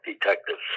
detectives